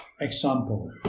example